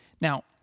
Now